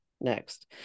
Next